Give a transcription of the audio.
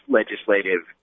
legislative